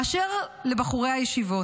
באשר לבחורי הישיבות,